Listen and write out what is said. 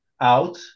out